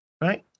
right